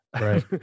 right